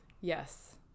Yes